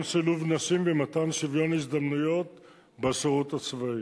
שילוב נשים ומתן שוויון הזדמנויות בשירות הצבאי.